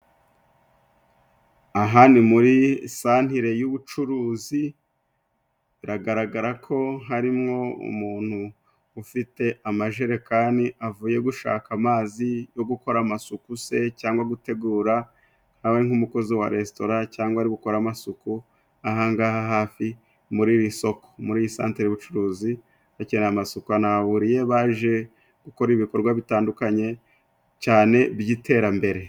Aha ni muri santire y'ubucuruzi, biragaragara ko harimwo umuntu ufite amajerekani, avuye gushaka amazi yo gukora amasuku se cyangwa gutegura. Haba arink'umukozi wa resitora cyangwa ari gukora amasuku ahangaha hafi muri iri soko, muri iyi santere y'ubucuruzi hakenewe amasuku. Banahurira iyo baje gukora ibikorwa bitandukanye cyane by'iterambere.